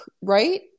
right